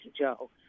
Joe